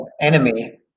enemy